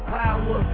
power